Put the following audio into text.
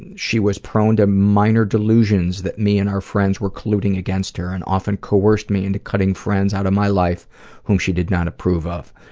and she was prone to minor delusions that me and our friends were colluding against her, and often coerced me into cutting friends out of my life whom she did not approve of.